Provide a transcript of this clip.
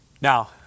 Now